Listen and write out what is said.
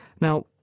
Now